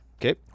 Okay